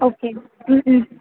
okay ம் ம்